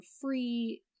free